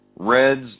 Reds